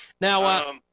Now